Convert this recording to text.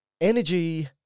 energy